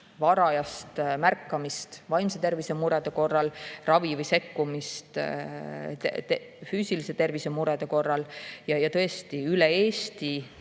varajast märkamist, vaimse tervise murede korral ravi või sekkumist, füüsilise tervise murede korral samuti ja tõesti, üle Eesti